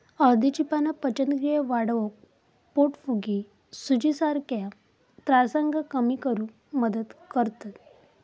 हळदीची पाना पचनक्रिया वाढवक, पोटफुगी, सुजीसारख्या त्रासांका कमी करुक मदत करतत